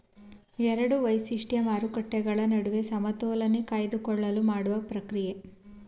ಎರಡು ವೈಶಿಷ್ಟ್ಯ ಮಾರುಕಟ್ಟೆಗಳ ನಡುವೆ ಸಮತೋಲನೆ ಕಾಯ್ದುಕೊಳ್ಳಲು ಮಾಡುವ ಪ್ರಕ್ರಿಯೆ